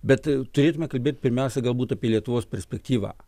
bet turėtume kalbėt pirmiausia galbūt apie lietuvos perspektyvą